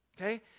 Okay